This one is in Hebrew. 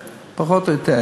(כהונת נציב קבילות חיילים)